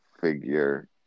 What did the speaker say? figure